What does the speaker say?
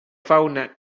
fauna